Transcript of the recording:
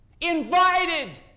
invited